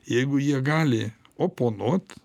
jeigu jie gali oponuot